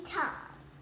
time